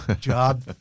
job